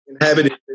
inhabited